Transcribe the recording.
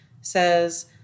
says